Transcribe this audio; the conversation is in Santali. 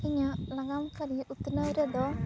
ᱤᱧᱟᱹᱜ ᱞᱟᱜᱟᱱ ᱠᱟᱨᱤ ᱩᱛᱱᱟᱹᱣ ᱨᱮᱫᱚ